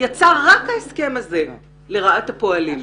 יצא רק ההסכם הזה לטובת הפועלים.